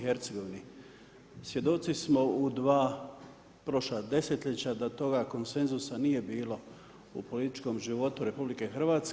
Svjedoci smo u 2 prošla desetljeća da toga konsenzusa nije bilo u političkom životu RH.